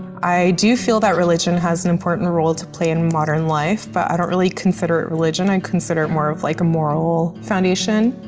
i do feel that religion has an important role to play in modern life, but i don't really consider it religion, i and consider it more of, like, a moral foundation.